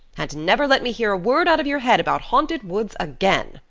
and never let me hear a word out of your head about haunted woods again.